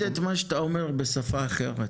אני אגיד את מה שאתה אומר בשפה אחרת,